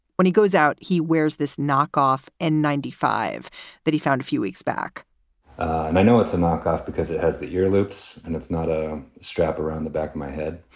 when he goes out, he wears this knockoff and ninety five that he found a few weeks back and i know it's a knockoff because it has the year loops and it's not a strap around the back of my head.